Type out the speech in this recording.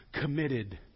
Committed